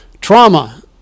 trauma